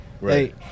Right